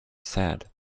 said